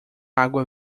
água